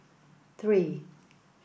three